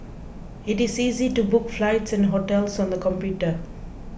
it is easy to book flights and hotels on the computer